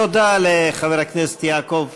תודה לחבר הכנסת יעקב פרי.